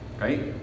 right